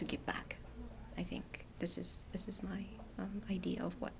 to get back i think this is this is my idea of what